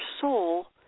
soul